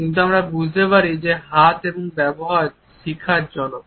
কিন্তু আমরা বুঝতে পারি যে হাত এবং ব্যবহার শিক্ষার জনক